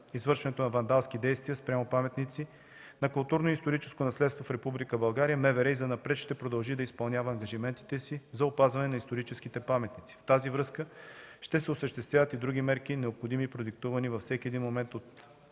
извършването на вандалски действия спрямо паметници на културното и историческо наследство в Република България, МВР и занапред ще продължи да изпълнява ангажиментите си за опазване на историческите паметници. В тази връзка ще се осъществяват и други мерки, необходими и продиктувани във всеки един момент от